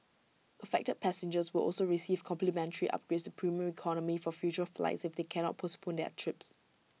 affected passengers will also receive complimentary upgrades to Premium Economy for future flights if they cannot postpone their trips